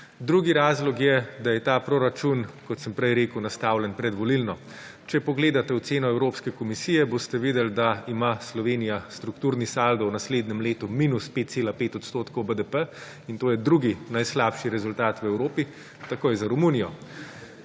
Drugi razlog je, da je ta proračun, kot sem prej rekel, nastavljen predvolilno. Če pogledate oceno Evropske komisije, boste videli, da ima Slovenija strukturni saldo v naslednjem letu minus 5,5 % BDP, in to je drugi najslabši rezultat v Evropi, takoj za Romunijo.